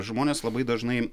žmonės labai dažnai